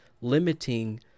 limiting